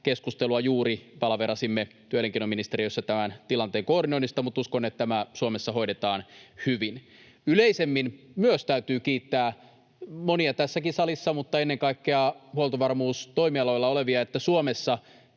keskustelua juuri palaveerasimme työ- ja elinkeinoministeriössä tämän tilanteen koordinoinnista, mutta uskon, että tämä Suomessa hoidetaan hyvin. Yleisemmin myös täytyy kiittää monia tässäkin salissa, mutta ennen kaikkea huoltovarmuustoimialoilla olevia, että Suomessa